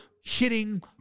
hitting